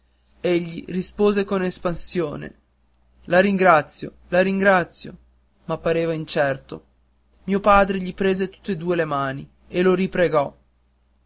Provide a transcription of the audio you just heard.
egli rispose con espansione la ringrazio la ringrazio ma pareva incerto mio padre gli prese tutt'e due le mani e lo ripregò